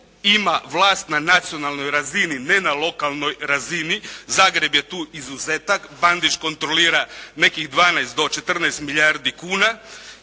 ima vlast na nacionalnoj razini ne na lokalnoj razini. Zagreb je tu izuzetak. Bandić kontrolira nekih 12 do 14 milijardi kuna.